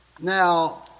Now